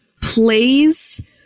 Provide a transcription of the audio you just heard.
plays